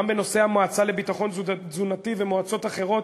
גם בנושאי המועצה לביטחון תזונתי ומועצות אחרות,